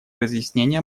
разъяснения